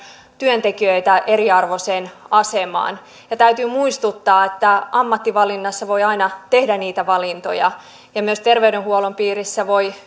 työntekijöitä eriarvoiseen asemaan täytyy muistuttaa että ammatinvalinnassa voi aina tehdä niitä valintoja ja myös terveydenhuollon piirissä voi